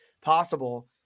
possible